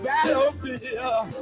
Battlefield